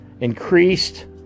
increased